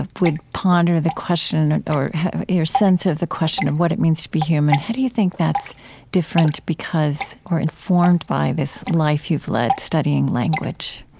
would ponder the question, or your sense of the question of what it means to be human? how do you think that's different because or informed by this life you've led, studying language?